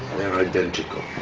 they're identical.